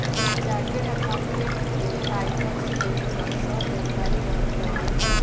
chartered accountant के आयकर से जुड़ल सब जानकारी रहत बाटे